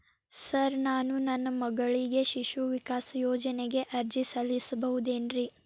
Sir ನಾನು ನನ್ನ ಮಗಳಿಗೆ ಶಿಶು ವಿಕಾಸ್ ಯೋಜನೆಗೆ ಅರ್ಜಿ ಸಲ್ಲಿಸಬಹುದೇನ್ರಿ?